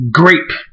grape